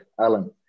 Alan